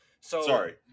Sorry